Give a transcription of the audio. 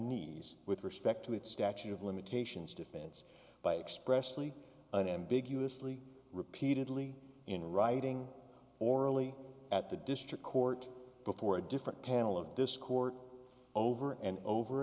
knees with respect to its statute of limitations defense by expressly unambiguously repeatedly in writing orally at the district court before a different panel of this court over and over